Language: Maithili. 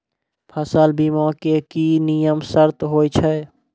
फसल बीमा के की नियम सर्त होय छै?